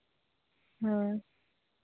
ᱦᱳᱭ